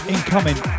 Incoming